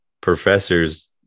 professors